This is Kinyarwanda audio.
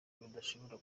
badashobora